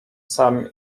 sam